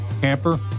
camper